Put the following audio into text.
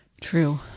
true